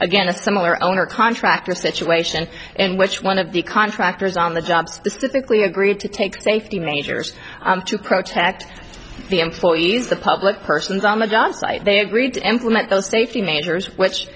again a similar owner contractor situation in which one of the contractors on the job specifically agreed to take safety measures to protect the employees the public persons on the just site they agreed to implement those safety measures which